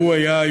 הוא היה,